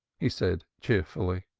he said cheerfully.